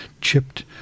chipped